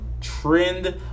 trend